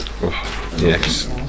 Yes